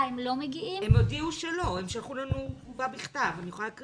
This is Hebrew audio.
הם שלחו לנו תגובה בכתב, אני יכולה להקריא אותה.